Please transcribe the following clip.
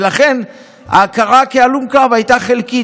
ולכן ההכרה כהלום קרב הייתה חלקית.